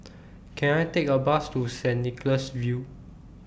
Can I Take A Bus to Saint Nicholas View